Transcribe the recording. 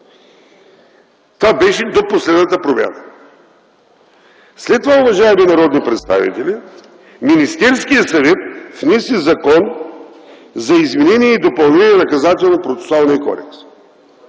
Това беше до последната промяна. След това, уважаеми народни представители, Министерският съвет внесе Законопроект за изменение и допълнение на Наказателно-процесуалния кодекс.